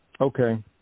Okay